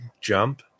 jump